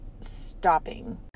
stopping